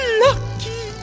lucky